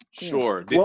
Sure